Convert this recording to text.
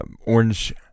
orange